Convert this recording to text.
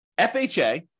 FHA